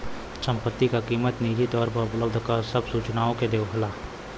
संपत्ति क कीमत निजी तौर पर उपलब्ध सब सूचनाओं के देखावला